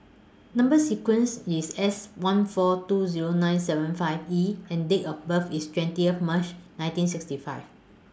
Number sequence IS S one four two Zero nine seven five E and Date of birth IS twentieth March nineteen sixty five